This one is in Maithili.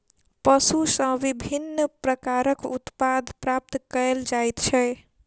पशु सॅ विभिन्न प्रकारक उत्पाद प्राप्त कयल जाइत छै